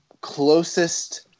closest